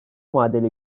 vadeli